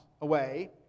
away